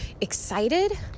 excited